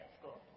school